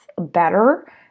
better